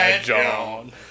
John